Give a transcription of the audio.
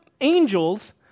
angels